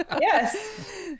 Yes